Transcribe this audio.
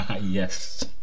yes